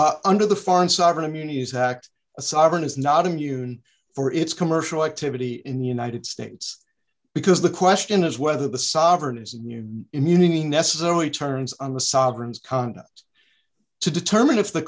court under the foreign sovereign immunity is act a sovereign is not immune for its commercial activity in the united states because the question is whether the sovereign is new immunity necessarily turns on the sovereigns condoms to determine if the